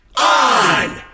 on